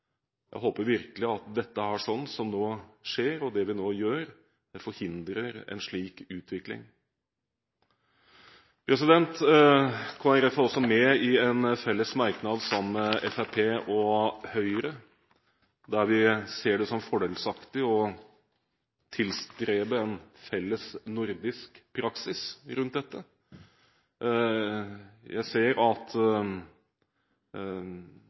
Jeg håper virkelig at dette som nå skjer, og det vi nå gjør, forhindrer en slik utvikling. Kristelig Folkeparti er også med i en fellesmerknad sammen med Fremskrittspartiet og Høyre der vi ser det som fordelaktig å tilstrebe en felles nordisk praksis på dette området. Jeg ser at